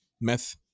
Meth